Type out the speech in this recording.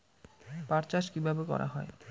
পাট চাষ কীভাবে করা হয়?